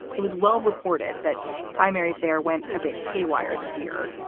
it was well reported that primaries there went a bit haywire this year.